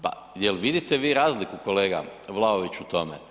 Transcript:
Pa je li vidite vi razliku kolega Vlaović u tome?